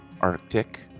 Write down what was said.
Arctic